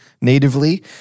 natively